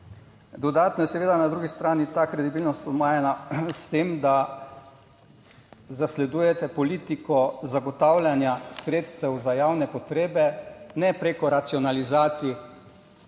Dodatno je seveda na drugi strani ta kredibilnost omejena s tem, da zasledujete politiko zagotavljanja sredstev za javne potrebe, ne preko racionalizacij